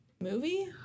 movie